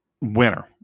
winner